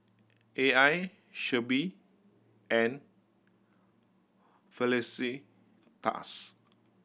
A I Shelby and Felicitas